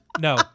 No